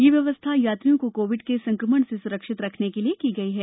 यह व्यवस्था यात्रियों को कोविड के संक्रमण से सुरक्षित रखने के लिए की गई है